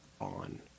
on